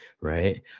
right